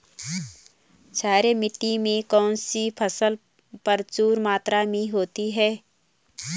क्षारीय मिट्टी में कौन सी फसल प्रचुर मात्रा में होती है?